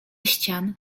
ścian